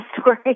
story